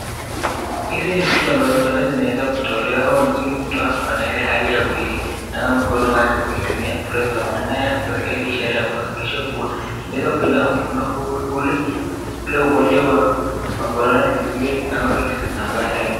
Hizi ni vitu ambazo huenda zimeweza kutolewa na huyu mtu ako kwa ile hali ya kuinawa mkono wake kuitumia hiyo sabuni naye ako katika ile ishara ya kuhakikisha kua amenawa mkono ule ugonjwa wa corona uzuie ili usisambae tena.